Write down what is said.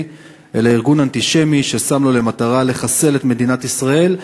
אלא ארגון אנטישמי ששם לו למטרה לחסל את מדינת ישראל,